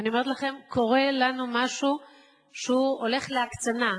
ואני אומרת לכם, קורה לנו משהו שהולך להקצנה.